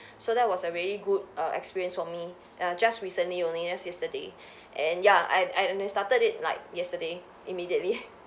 so that was a really good err experience for me err just recently only just yesterday and ya I I started it like yesterday immediately